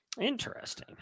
interesting